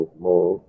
more